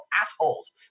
assholes